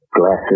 glasses